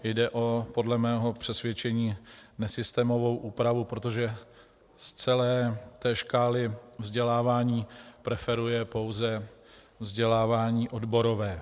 Jde podle mého přesvědčení o nesystémovou úpravu, protože z celé té škály vzdělávání preferuje pouze vzdělávání odborové.